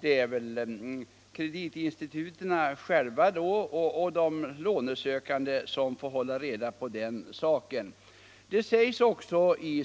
Det är väl kreditinstituten och de lånesökande själva som får hålla reda på den här saken. Det sägs också i